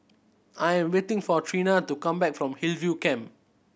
I'm waiting for Trena to come back from Hillview Camp